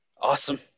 awesome